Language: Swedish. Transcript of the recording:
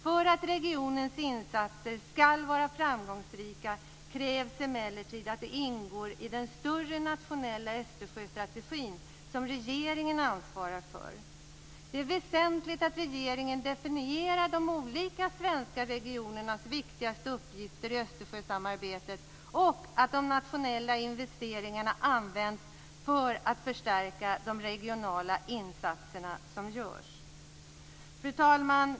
För att regionens insatser skall vara framgångsrika krävs emellertid att de ingår i den större nationella Östersjöstrategin, som regeringen ansvarar för. Det är väsentligt att regeringen definierar de olika svenska regionernas viktigaste uppgifter i Östersjösamarbetet och att de nationella investeringarna används för att förstärka de regionala insatser som görs. Fru talman!